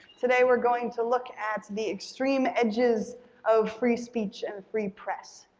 today we're going to look at the extreme edges of free speech and free press.